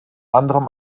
anderem